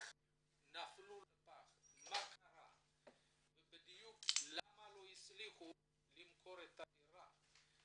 מה קרה וכיצד הם נפלו לפח ומדוע לא הצליחו למכור את הדירות.